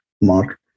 mark